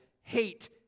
hate